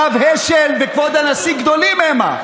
הרב השל וכבוד הנשיא גדולים המה.